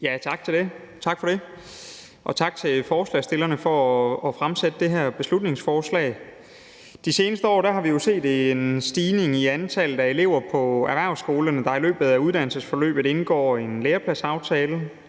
Tak for det, og tak til forslagsstillerne for at fremsætte det her beslutningsforslag. De seneste år har vi jo set en stigning i antallet af elever på erhvervsskolerne, der i løbet af uddannelsesforløbet indgår en lærepladsaftale.